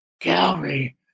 gallery